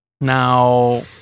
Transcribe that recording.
Now